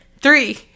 three